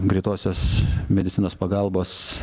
greitosios medicinos pagalbos